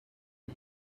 web